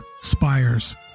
spires